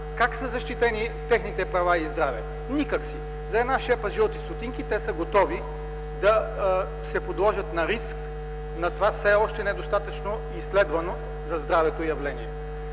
Как са защитени техните права? – Никак! За една шепа жълти стотинки те са готови да се подложат на риск на това все още недостатъчно изследвано за здравето явление.